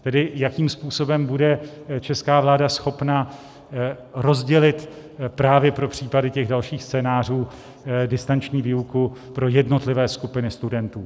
Tedy jakým způsobem bude česká vláda schopna rozdělit právě pro případy těch dalších scénářů distanční výuku pro jednotlivé skupiny studentů.